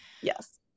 Yes